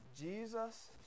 Jesus